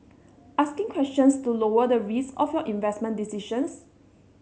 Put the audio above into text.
asking questions to lower the risk of your investment decisions